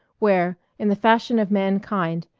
where, in the fashion of mankind,